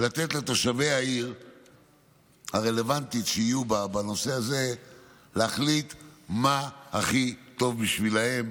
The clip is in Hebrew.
ולתת לתושבי העיר הרלוונטית שיהיו בנושא הזה להחליט מה הכי טוב בשבילם,